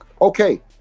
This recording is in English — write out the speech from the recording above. Okay